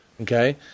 Okay